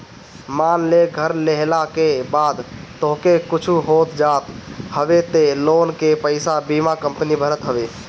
मान लअ घर लेहला के बाद तोहके कुछु हो जात हवे तअ लोन के पईसा बीमा कंपनी भरत हवे